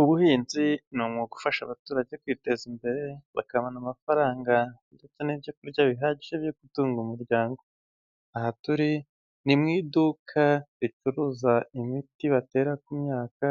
Ubuhinzi ni umwuga ufasha abaturage kwiteza imbere, bakabona amafaranga ndetse n'ibyo kurya bihagije byo gutunga umuryango, aha turi ni mu iduka ricuruza imiti batera ku myaka